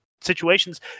situations